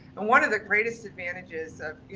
and one of the greatest advantages of, you